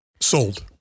Sold